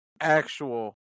actual